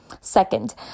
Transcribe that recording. Second